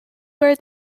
where